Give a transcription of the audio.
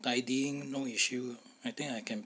tidying no issue I think I can